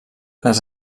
les